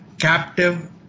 captive